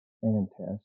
fantastic